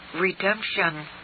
redemption